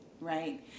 Right